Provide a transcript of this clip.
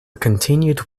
continued